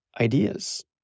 ideas